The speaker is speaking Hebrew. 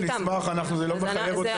אנחנו נשמח, אנחנו זה לא מחייב אותכם בכלום.